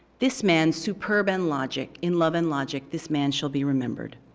this man superb in logic, in love and logic. this man shall be remembered.